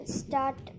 start